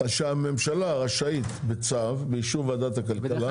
שהממשלה רשאית בצו, באישור ועדת הממשלה.